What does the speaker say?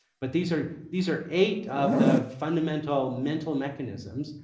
but these are these are eight of the fundamental mental mechanisms,